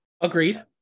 Agreed